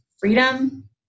freedom